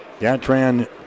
Gatran